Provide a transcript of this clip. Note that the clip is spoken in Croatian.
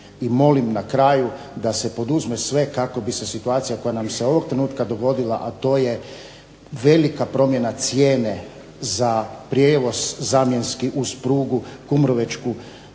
I molim na kraju da se poduzme sve kako bi se situacija koja nam se ovog trenutka dogodila a to je velika promjena cijene za prijevoz zamjenski uz prugu Kumrovečku